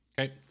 Okay